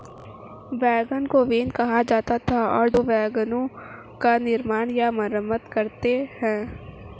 wagon को van कहा जाता था और जो वैगनों का निर्माण या मरम्मत करता है